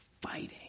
fighting